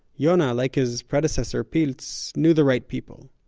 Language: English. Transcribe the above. yona, like his predecessor pilz, knew the right people,